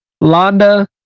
Landa